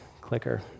clicker